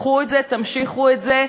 קחו את זה, תמשיכו את זה,